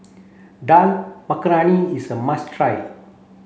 Dal Makhani is a must try